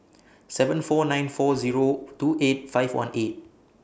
seven four nine four Zero two eight five one eight